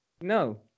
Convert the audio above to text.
no